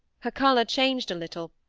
her colour changed a little,